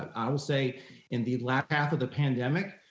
i will say in the latter half of the pandemic,